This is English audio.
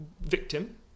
victim